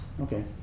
Okay